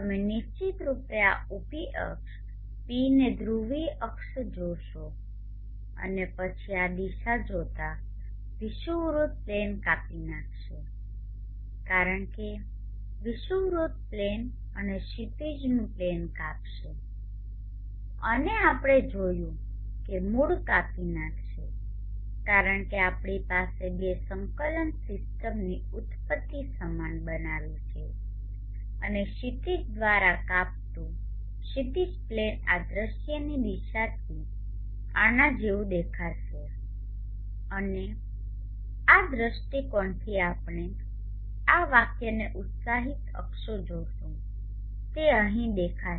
તમે નિશ્ચિતરૂપે આ ઊભી અક્ષ p ને ધ્રુવીય અક્ષો જોશો અને પછી આ દિશા જોતાં વિષુવવૃત્ત પ્લેન કાપી નાખશે કારણ કે વિષુવવૃત્ત પ્લેન અને ક્ષિતિજનું પ્લેન કાપશે અને આપણે જોયું કે મૂળ કાપી નાખશે કારણ કે આપણી પાસે બે સંકલન સીસ્ટમની ઉત્પત્તિ સમાન બનાવી છે અને ક્ષિતિજ દ્વારા કાપતું ક્ષિતિજ પ્લેન આ દૃશ્યની દિશાથી આના જેવું દેખાશે અને આ દૃષ્ટિકોણથી આપણે આ વાક્યને ઉત્સાહિત અક્ષો જોશું તે અહીં દેખાશે